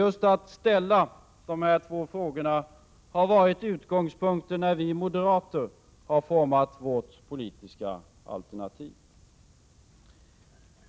Just att ställa dessa två frågor har varit utgångspunkten när vi moderater har format vårt politiska alternativ.